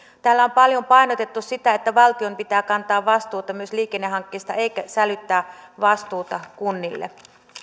täällä on paljon painotettu sitä että valtion pitää kantaa vastuuta myös liikennehankkeista eikä sälyttää vastuuta kunnille